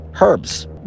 herbs